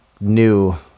new